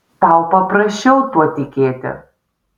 tau paprasčiau tuo tikėti